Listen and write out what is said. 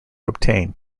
obtain